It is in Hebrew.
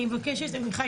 אני מבקשת עמיחי,